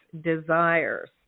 desires